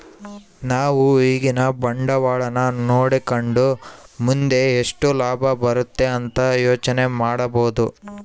ನಾವು ಈಗಿನ ಬಂಡವಾಳನ ನೋಡಕಂಡು ಮುಂದೆ ಎಷ್ಟು ಲಾಭ ಬರುತೆ ಅಂತ ಯೋಚನೆ ಮಾಡಬೋದು